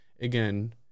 again